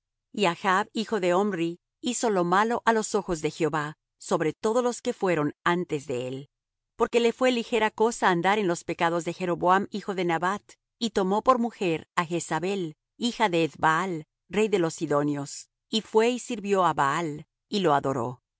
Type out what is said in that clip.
achb hijo de omri hizo lo malo á los ojos de jehová sobre todos los que fueron antes de él porque le fué ligera cosa andar en los pecados de jeroboam hijo de nabat y tomó por mujer á jezabel hija de ethbaal rey de los sidonios y fué y sirvió á baal y lo adoró e